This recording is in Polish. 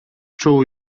czuł